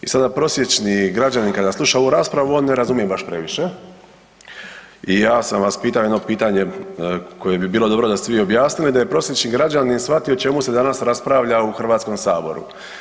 I sada prosječni građanin kada sluša ovu raspravu, on ne razumije baš previše i ja sam vas pitao jedno pitanje koje bi bilo dobro da svi objasne i da je prosječni građanin shvatio o čemu se danas raspravlja u Hrvatskom saboru.